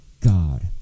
god